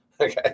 okay